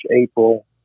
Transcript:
April